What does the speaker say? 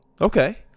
Okay